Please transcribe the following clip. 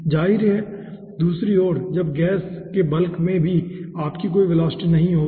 जाहिर है दूसरी ओर जब गैस के बल्क में भी आपकी कोई वेलोसिटी नहीं होगी